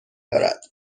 دارد